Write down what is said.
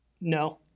No